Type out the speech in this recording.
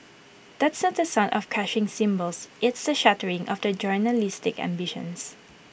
that's not the sound of crashing cymbals it's the shattering of their journalistic ambitions